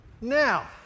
Now